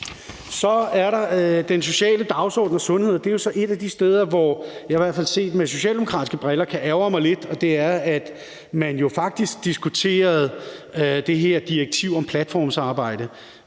Så er der den sociale dagsorden og sundhed. Det er jo så et af de steder, hvor jeg i hvert fald – set med socialdemokratiske briller – kan ærgre mig lidt over, at man jo faktisk diskuterede det her direktiv om platformsarbejde,